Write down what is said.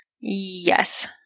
Yes